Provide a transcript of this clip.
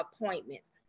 appointments